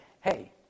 hey